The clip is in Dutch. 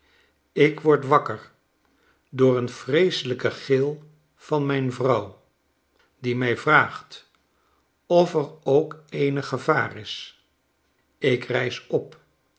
ik word wakker door een vreeselijken gil van mijn vrouw die mij vraagt of er ook eenig gevaar is ik rijs op